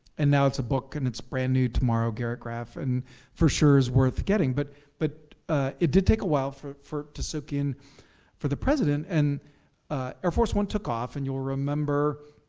and now it's a book, and it's brand new tomorrow, garrett graff, and for sure is worth getting. but but it did take a while for it to soak in for the president. and air force one took off, and you'll remember,